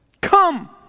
come